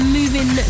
moving